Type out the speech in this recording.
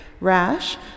rash